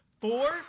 Four